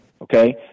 Okay